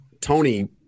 Tony